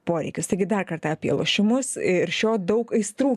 poreikius taigi dar kartą apie lošimus ir šio daug aistrų